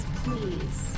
please